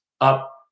up